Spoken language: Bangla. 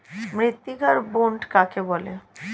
মৃত্তিকার বুনট কাকে বলে?